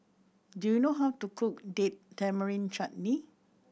do you know how to cook Date Tamarind Chutney